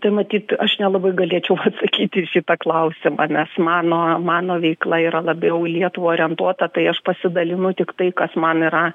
tai matyt aš nelabai galėčiau atsakyti į šitą klausimą nes mano mano veikla yra labiau į lietuvą orientuota tai aš pasidalinu tik tai kas man yra